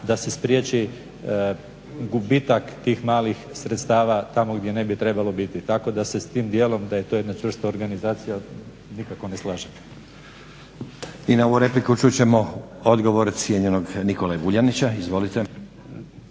da se spriječi gubitak tih malih sredstava tamo gdje ne bi trebalo biti. Tako da se s tim dijelom, da je to jedna čvrsta organizacija, nikako ne slažem. **Stazić, Nenad (SDP)** I na ovu repliku čut ćemo odgovor cijenjenog Nikole Vuljanića. Izvolite.